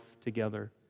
together